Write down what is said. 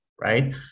right